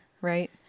right